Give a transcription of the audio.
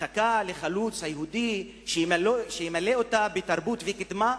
ומחכה לחלוץ היהודי שימלא אותה בתרבות וקדמה,